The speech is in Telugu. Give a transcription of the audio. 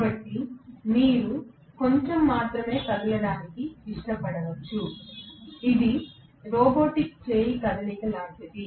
కాబట్టి మీరు కొంచెం మాత్రమే కదలడానికి ఇష్టపడవచ్చు ఇది రోబోటిక్ చేయి కదలిక లాంటిది